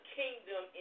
kingdom